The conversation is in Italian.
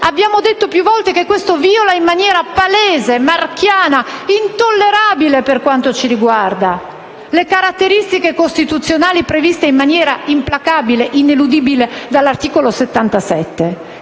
Abbiamo detto più volte che questo viola in maniera palese, marchiana e intollerabile, per quanto ci riguarda, le caratteristiche costituzionali previste in maniera implacabile e ineludibile dall'articolo 77,